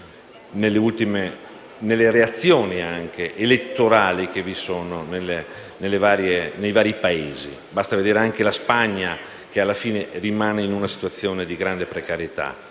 nelle reazioni elettorali nei vari Paesi. Basti vedere la Spagna, che alla fine rimane in una situazione di grande precarietà.